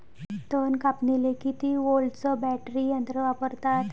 तन कापनीले किती व्होल्टचं बॅटरी यंत्र वापरतात?